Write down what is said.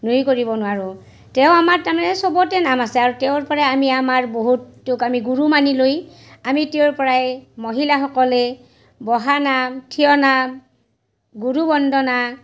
নুই কৰিব নোৱাৰোঁ তেওঁ আমাৰ তাৰমানে চবতে নাম আছে আৰু তেওঁৰ পৰা আমি আমাৰ বহুতো আমি গুৰু মানি লৈ আমি তেওঁৰ পৰাই মহিলাসকলে বহানাম থিয়নাম গুৰু বন্দনা